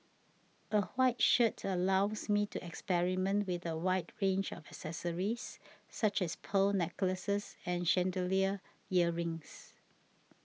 a white shirt allows me to experiment with a wide range of accessories such as pearl necklaces and chandelier earrings